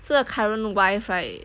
so the current wife right